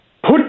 Put